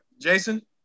Jason